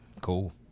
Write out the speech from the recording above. Cool